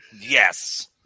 Yes